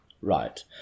right